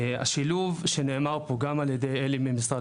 השילוב שנאמר פה גם על ידי אלה ממשרד